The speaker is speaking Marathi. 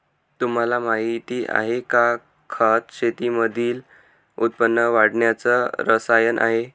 तुम्हाला माहिती आहे का? खत शेतीमधील उत्पन्न वाढवण्याच रसायन आहे